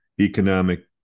economic